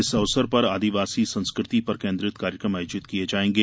इस अवसर पर आदिवासी संस्कृति पर केन्द्रित कार्यक्रम आयोजित किये जायेंगे